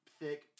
thick